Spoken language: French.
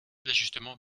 d’ajustement